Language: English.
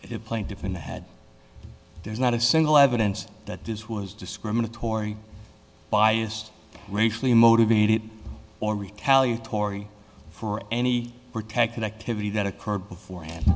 that if plaintiff and i had there's not a single evidence that this was discriminatory biased racially motivated or retaliatory for any protected activity that occurred before and